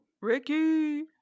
Ricky